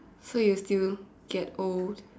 so you will still get old